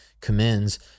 commends